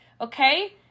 okay